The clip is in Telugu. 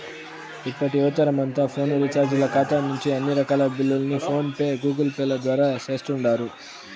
ఇప్పటి యువతరమంతా ఫోను రీచార్జీల కాతా నుంచి అన్ని రకాల బిల్లుల్ని ఫోన్ పే, గూగుల్పేల ద్వారా సేస్తుండారు